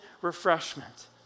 refreshment